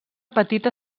petita